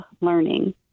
learning